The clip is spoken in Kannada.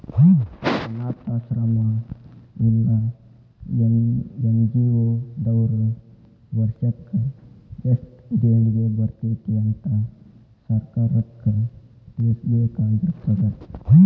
ಅನ್ನಾಥಾಶ್ರಮ್ಮಾ ಇಲ್ಲಾ ಎನ್.ಜಿ.ಒ ದವ್ರು ವರ್ಷಕ್ ಯೆಸ್ಟ್ ದೇಣಿಗಿ ಬರ್ತೇತಿ ಅಂತ್ ಸರ್ಕಾರಕ್ಕ್ ತಿಳ್ಸಬೇಕಾಗಿರ್ತದ